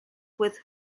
with